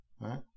Right